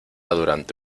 durante